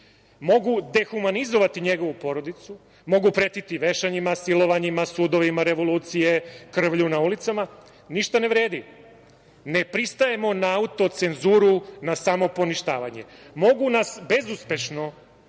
dehumanizovati njegovu porodicu, mogu pretiti vešanjima, silovanjima, sudovima, revolucijama, krvlju na ulicama, ništa ne vredi, ne pristajemo na autocenzuru, na samoponištavanje. Mogu nas bezuspešno